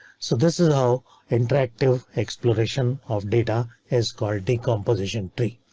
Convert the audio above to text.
so this is how interactive exploration of data is called decomposition tree.